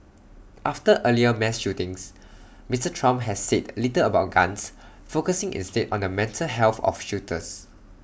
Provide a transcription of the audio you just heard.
after earlier mass shootings Mister Trump has said little about guns focusing instead on the mental health of shooters